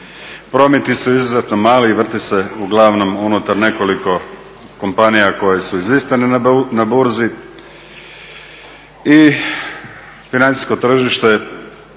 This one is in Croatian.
prometi su izuzetno mali i vrte se uglavnom unutar nekoliko kompanija koje su … na burzi i financijsko tržište